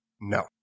No